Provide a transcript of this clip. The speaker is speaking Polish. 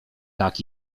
tak